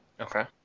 Okay